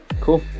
cool